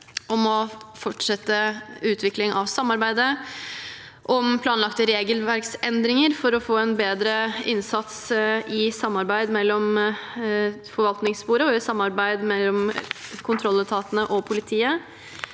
om å fortsette utvikling av samarbeidet, om planlagte regelverksendringer for å få en bedre samordnet innsats både i forvaltningssporet og i samarbeidet mellom kontrolletatene og politiet.